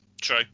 true